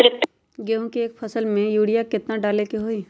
गेंहू के एक फसल में यूरिया केतना डाले के होई?